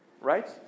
right